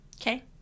Okay